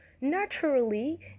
naturally